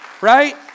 right